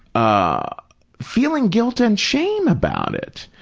ah feeling guilt and shame about it.